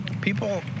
People